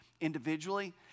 individually